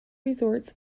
resorts